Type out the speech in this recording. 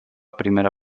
primera